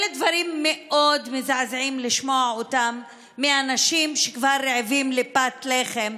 אלה דברים מאוד מזעזעים לשמוע מאנשים שכבר רעבים לפת לחם,